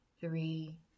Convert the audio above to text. three